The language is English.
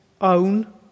own